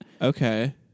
Okay